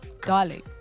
Darling